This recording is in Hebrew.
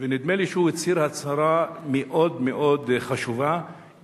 ונדמה לי שהוא הצהיר הצהרה מאוד מאוד חשובה,